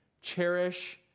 Cherish